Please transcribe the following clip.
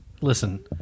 listen